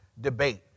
debate